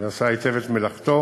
והוא עשה היטב את מלאכתו.